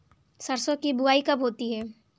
सरसों की बुआई कब होती है?